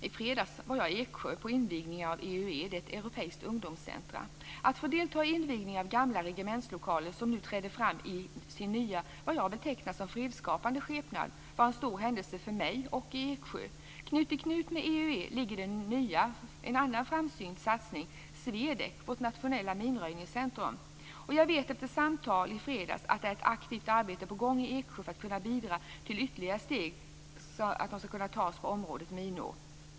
I fredags var jag i Eksjö på invigning av EUE. Det är ett europeiskt ungdomscentrum. Att få delta i invigningen av gamla regementslokaler som nu träder fram i ny och, som jag betecknar det, fredsskapande skepnad var en stor händelse för mig och för Eksjö. Knut i knut med EUE ligger en annan framsynt satsning, SWEDEC, vårt nationella minröjningscentrum. Jag vet efter samtal i fredags att det är ett aktivt arbete på gång i Eksjö för att bidra till ytterligare steg som ska kunna tas på området minor.